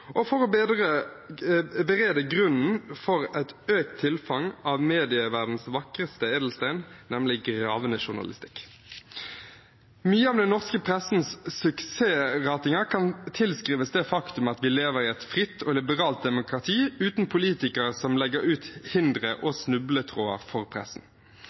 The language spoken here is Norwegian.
og berede grunnen for et økt tilfang av medieverdenens vakreste edelsten, nemlig gravende journalistikk. Mye av den norske pressens suksessratinger kan tilskrives det faktum at vi lever i et fritt og liberalt demokrati uten politikere som legger ut hindre og snubletråder for pressen,